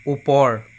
ওপৰ